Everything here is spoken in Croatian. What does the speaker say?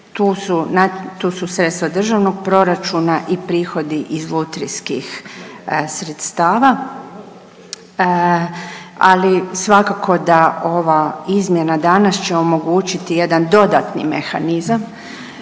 Tu su sredstva državnog proračuna i prihodi iz lutrijskih sredstava. Ali svakako da ova izmjena danas će omogućiti jedan dodatni mehanizam